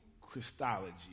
Christology